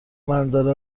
منظره